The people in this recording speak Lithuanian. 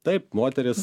taip moteris